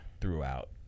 throughout